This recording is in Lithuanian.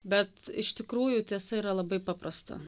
bet iš tikrųjų tiesa yra labai paprasta